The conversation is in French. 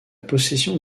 possession